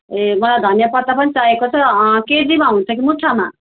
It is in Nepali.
ए मलाई धनियापत्ता पनि चाहिएको छ केजीमा हुन्छ कि मुठ्ठामा